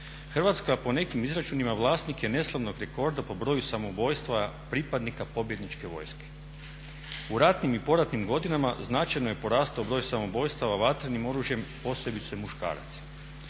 Hrvatska je po nekim izračunima vlasnike neslavnog rekorda po broju samoubojstva pripadnika pobjedničke vojske. U ratnim i poratnim godinama značajno je porastao broj samoubojstava vatrenim oružjem posebice muškaraca.